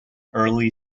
early